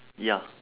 ya